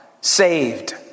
saved